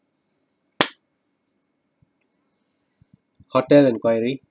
hotel enquiry